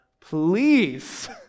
Please